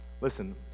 listen